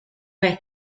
vez